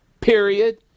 period